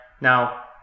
Now